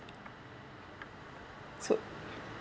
so